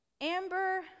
Amber